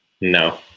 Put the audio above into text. No